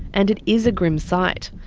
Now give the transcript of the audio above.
and it is a grim sight,